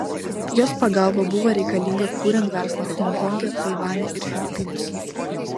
jos pagalba buvo reikalinga kuriant verslą honkonge taivane ir filipinuose